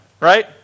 right